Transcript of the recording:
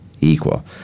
equal